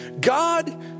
God